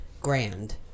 grand